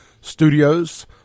Studios